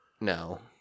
No